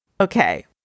Okay